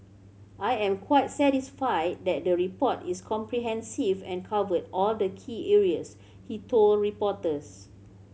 I am quite satisfied that the report is comprehensive and covered all the key areas he told reporters